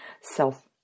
self